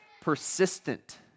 persistent